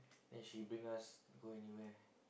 then she bring us to go anywhere